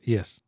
Yes